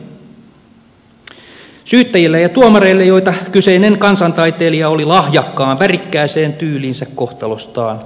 syyttäjille ja tuomareille joita kyseinen kansantaiteilija oli lahjakkaan värikkääseen tyyliinsä kohtalostaan kritisoinut